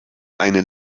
einen